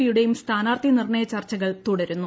പിയുടെയും സ്ഥാനാർത്ഥി നിർണയ ചർച്ചകൾ തുടരുന്നു